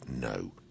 no